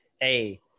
hey